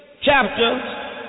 chapter